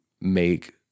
make